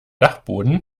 dachboden